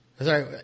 Sorry